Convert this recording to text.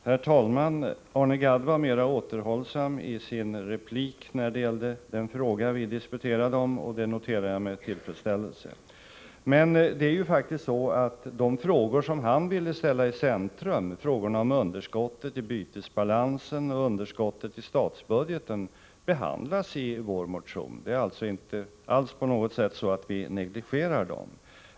Herr talman! Arne Gadd var mera återhållsam i sin replik när det gällde den fråga vi disputerade om, och det noterar jag med tillfredsställelse. Men de frågor som han ville ställa i centrum, frågorna om underskottet i bytesbalansen och underskottet i statsbudgeten, behandlas ju i vår motion. Det är alltså inte alls så att vi negligerar dem.